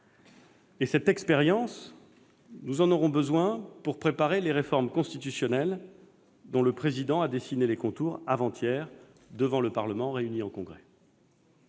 Cette expérience, nous en aurons besoin pour préparer les réformes constitutionnelles dont le Président de la République a dessiné les contours avant-hier, devant le Parlement réuni en Congrès.